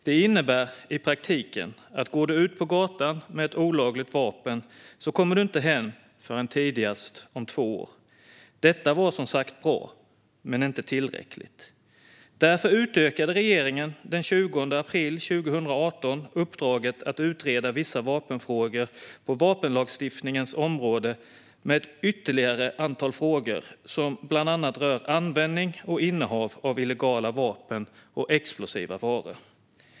Det innebär, i praktiken, att om du går ut på gatan med ett olagligt vapen kommer du inte hem förrän tidigast om två år. Detta var som sagt bra - men inte tillräckligt. Därför utökade regeringen den 20 april 2018 uppdraget att utreda vissa frågor på vapenlagstiftningens område med ett ytterligare antal frågor som bland annat rör användning och innehav av illegala vapen och explosiva varor.